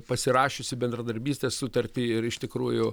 pasirašiusi bendradarbystės sutartį ir iš tikrųjų